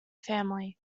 family